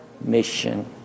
mission